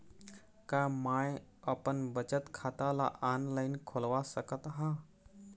का मैं अपन बचत खाता ला ऑनलाइन खोलवा सकत ह?